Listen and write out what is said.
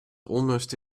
almost